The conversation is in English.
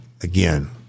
again